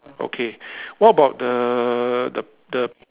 okay what about the the the